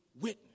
witness